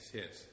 yes